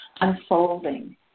unfolding